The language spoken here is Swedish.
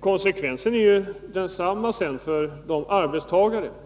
Konsekvensen är densamma för arbetstagare.